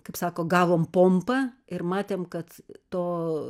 kaip sako gavom pompą ir matėm kad to